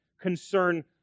concern